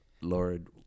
Lord